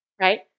right